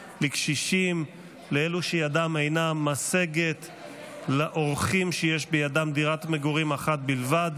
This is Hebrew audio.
מתן מענה מנומק על ידי קופת החולים),